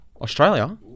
Australia